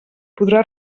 podrà